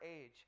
age